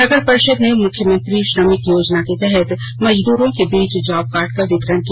नगर परिषद ने मुख्यमंत्री श्रमिक योजना के तहत मजदूरों के बीच जॉब कार्ड का वितरण किया